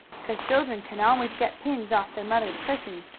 cause children can always get pins off their mothers cushions,